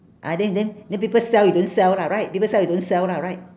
ah then then then people sell you don't sell lah right people sell you don't sell lah right